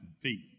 feet